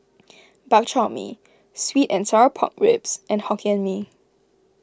Bak Chor Mee Sweet and Sour Pork Ribs and Hokkien Mee